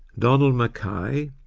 donald mackay,